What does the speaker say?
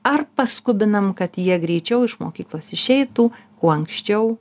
ar paskubinam kad jie greičiau iš mokyklos išeitų kuo anksčiau